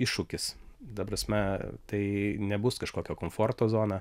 iššūkis ta prasme tai nebus kažkokio komforto zona